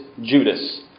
Judas